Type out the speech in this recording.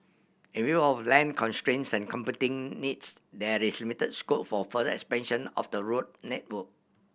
in view of land constraint and competing needs there is limited scope for further expansion of the road network